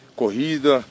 corrida